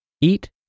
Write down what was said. Eat